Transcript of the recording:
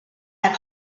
have